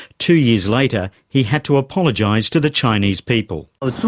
two years later he had to apologise to the chinese people.